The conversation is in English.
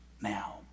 now